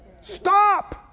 Stop